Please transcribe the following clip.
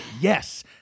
Yes